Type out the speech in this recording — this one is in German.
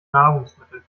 nahrungsmittel